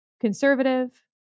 conservative